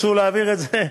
תרצו להעביר את זה,